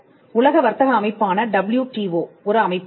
உலக வர்த்தக அமைப்பான WTO ஒரு அமைப்பு